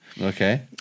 Okay